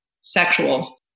sexual